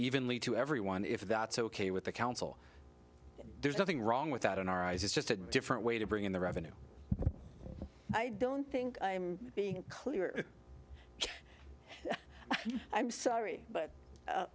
evenly to everyone if that's ok with the council there's nothing wrong with that in our eyes it's just a different way to bring in the revenue i don't think i'm being clear i'm sorry but